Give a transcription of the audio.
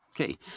Okay